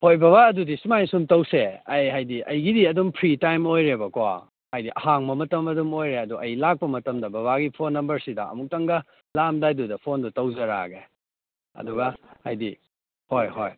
ꯍꯣꯏ ꯕꯕꯥ ꯑꯗꯨꯗꯤ ꯁꯨꯃꯥꯏꯅ ꯁꯨꯝ ꯇꯧꯁꯦ ꯑꯩ ꯍꯥꯏꯗꯤ ꯑꯩꯒꯤꯗꯤ ꯑꯗꯨꯝ ꯐ꯭ꯔꯤ ꯇꯥꯏꯝ ꯑꯣꯏꯔꯦꯕꯀꯣ ꯍꯥꯏꯗꯤ ꯑꯍꯥꯡꯕ ꯃꯇꯝ ꯑꯗꯨꯝ ꯑꯣꯏꯔꯦ ꯑꯗꯣ ꯑꯩ ꯂꯥꯛꯄ ꯃꯇꯝꯗ ꯕꯕꯥꯒꯤ ꯐꯣꯟ ꯅꯝꯕꯔꯁꯤꯗ ꯑꯃꯨꯛꯇꯪꯒ ꯂꯥꯛꯑꯝꯗꯥꯏꯗꯨꯗ ꯐꯣꯟꯗꯨ ꯇꯧꯖꯔꯛꯑꯒꯦ ꯑꯗꯨꯒ ꯍꯥꯏꯗꯤ ꯍꯣꯏ ꯍꯣꯏ